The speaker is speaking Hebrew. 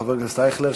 חבר הכנסת אייכלר,